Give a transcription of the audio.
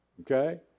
okay